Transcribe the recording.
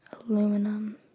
Aluminum